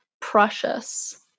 precious